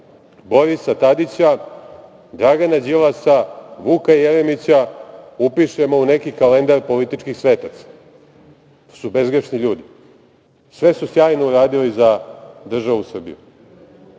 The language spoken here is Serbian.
Borisa Tadića, Dragana Đilasa, Vuka Jeremića upišemo u neki kalendar političkih svetaca. To su bezgrešni ljudi. Sve su sjajno uradili za državu Srbiju. Kada